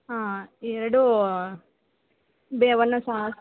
ಹಾಂ ಎರಡು ಬೆ